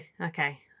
okay